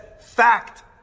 fact